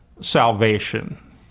salvation